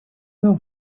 know